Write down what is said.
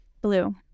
Blue